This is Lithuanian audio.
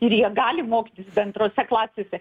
ir jie gali mokytis bendrose klasėse